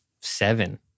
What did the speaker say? seven